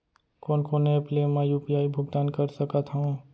कोन कोन एप ले मैं यू.पी.आई भुगतान कर सकत हओं?